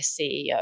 CEO